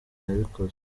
yabikoze